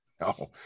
No